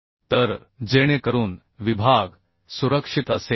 तर जेणेकरून विभाग सुरक्षित असेल